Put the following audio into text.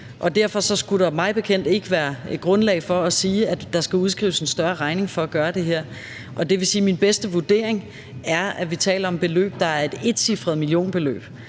derfor skulle der mig bekendt ikke være grundlag for at sige, at der skal udskrives en større regning for at gøre det her. Det vil sige, at min bedste vurdering er, at vi taler om et etcifret millionbeløb,